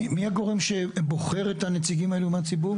מי הגורם שבוחר את הנציגים האלה מהציבור?